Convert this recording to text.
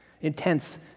intense